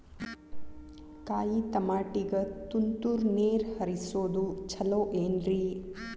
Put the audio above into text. ಕಾಯಿತಮಾಟಿಗ ತುಂತುರ್ ನೇರ್ ಹರಿಸೋದು ಛಲೋ ಏನ್ರಿ?